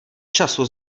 času